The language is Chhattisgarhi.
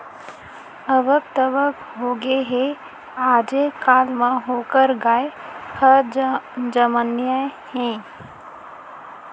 अबक तबक होगे हे, आजे काल म ओकर गाय ह जमनइया हे